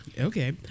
Okay